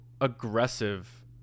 aggressive